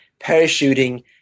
parachuting